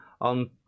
on